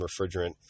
refrigerant